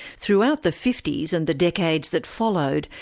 throughout the fifty s and the decades that followed,